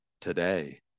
today